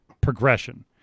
progression